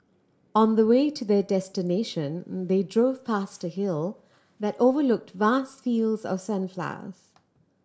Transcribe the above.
on the way to their destination they drove past a hill that overlooked vast fields of sunflowers